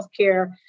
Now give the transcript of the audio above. healthcare